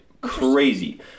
Crazy